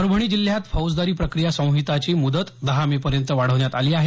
परभणी जिल्ह्यात फौजदारी प्रक्रिया संहिताची मुदत दहा मे पर्यंत वाढवण्यात आली आहे